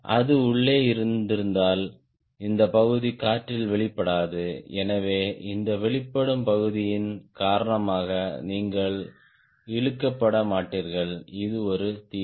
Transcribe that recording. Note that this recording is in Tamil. அது உள்ளே இருந்திருந்தால் இந்த பகுதி காற்றில் வெளிப்படாது எனவே இந்த வெளிப்படும் பகுதியின் காரணமாக நீங்கள் இழுக்கப்பட மாட்டீர்கள் இது ஒரு தீமை